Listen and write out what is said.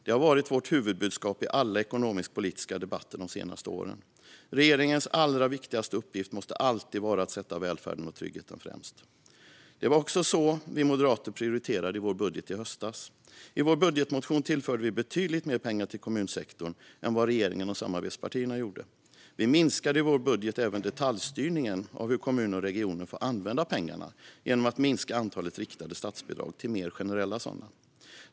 Det har varit vårt huvudbudskap i alla ekonomisk-politiska debatter de senaste åren. Regeringens allra viktigaste uppgift måste alltid vara att sätta välfärden och tryggheten främst. Det var också så vi moderater prioriterade i vår budget i höstas. I vår budgetmotion tillförde vi betydligt mer pengar till kommunsektorn än vad regeringen och samarbetspartierna gjorde. Vi minskade i vår budget även detaljstyrningen av hur kommuner och regioner får använda pengarna genom att minska antalet riktade statsbidrag till mer generella sådana.